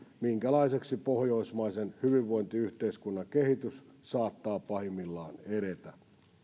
minkälaiseksi pohjoismaisen hyvinvointiyhteiskunnan kehitys saattaa pahimmillaan edetä